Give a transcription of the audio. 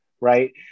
right